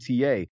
TA